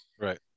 Right